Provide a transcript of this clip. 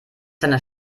deiner